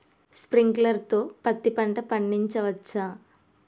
Sprinkler తో పత్తి పంట పండించవచ్చా?